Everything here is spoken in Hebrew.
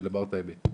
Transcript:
ולומר את האמת.